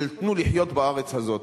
של תנו לחיות בארץ הזאת.